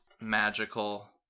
magical